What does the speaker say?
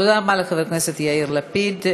תודה רבה לחבר הכנסת יאיר לפיד.